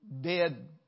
dead